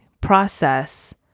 process